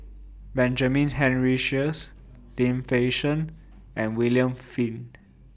Benjamin Henry Sheares Lim Fei Shen and William Flint